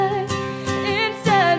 Inside